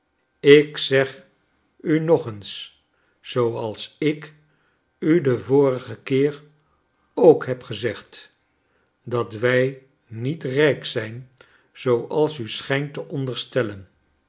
ik zeg u nog eens zooals ik u den vorigen keer ook heb gezegd dat wij niet rijk zijn zooals u schijnt te onderstellen